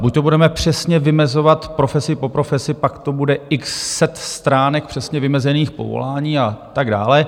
Buďto budeme přesně vymezovat profesi po profesi, pak to bude x set stránek přesně vymezených povolání a tak dále.